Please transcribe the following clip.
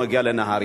הוא מגיע ל"נהרייה",